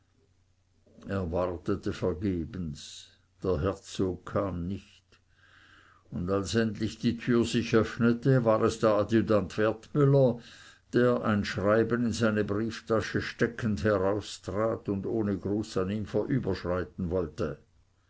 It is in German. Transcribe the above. wartete vergebens der herzog kam nicht und als endlich die tür sich öffnete war es der adjutant wertmüller der ein schreiben in seine brieftasche steckend heraustrat und ohne gruß an ihm vorüberschreiten wollte